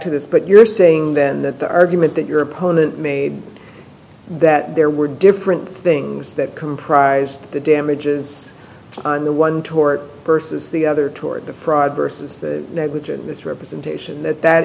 to this but you're saying then that the argument that your opponent made that there were different things that comprised the damages on the one tort versus the other toward the fraud versus misrepresentation that that